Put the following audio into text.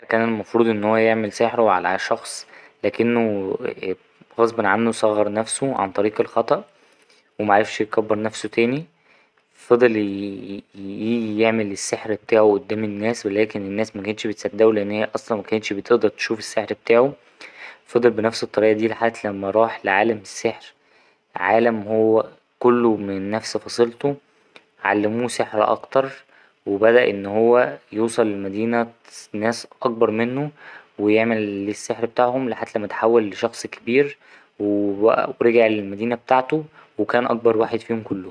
ساحر كان المفروض ان هو يعمل سحره على شخص لكنه غصبا عنه صغر نفسه عن طريق الخطأ ومعرفش يكبر نفسه تاني فضل يـييييـ ـ يعمل السحر بتاعه قدام الناس ولكن الناس مكانتش بتصدقه لأن هي أصلا مكانتش بتقدر تشوف السحر بتاعه فضل بنفس الطريقة دي لحد ما راح لعالم السحر عالم هو كله من نفس فصيلته علموه سحر أكتر و بدأ إن هو يوصل المدينة ناس أكبر منه ويعمل السحر بتاعهم لحد ما أتحول لشخص كبير ورجع للمدينة بتاعته وكان أكبر واحد فيهم كلهم.